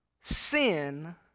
sin